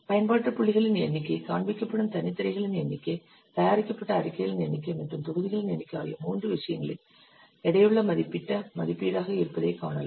பயன்பாட்டு புள்ளிகளின் எண்ணிக்கை காண்பிக்கப்படும் தனித் திரைகளின் எண்ணிக்கை தயாரிக்கப்பட்ட அறிக்கைகளின் எண்ணிக்கை மற்றும் தொகுதிகளின் எண்ணிக்கை ஆகிய மூன்று விஷயங்களின் எடையுள்ள மதிப்பிடப்பட்ட மதிப்பீடாக இருப்பதை காணலாம்